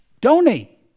Donate